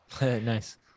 Nice